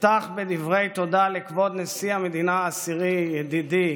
אפתח בדברי תודה לכבוד נשיא המדינה העשירי, ידידי